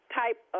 type